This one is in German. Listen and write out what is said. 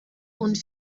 und